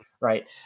right